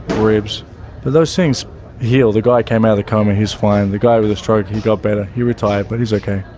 ribs. but those things heal. the guy came out of the coma he's fine. the guy with the stroke he got better. he retired, but he's ok.